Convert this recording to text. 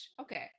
Okay